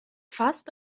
fast